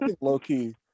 low-key